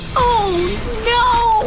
oh no!